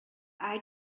eye